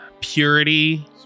purity